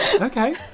okay